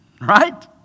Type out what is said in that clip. Right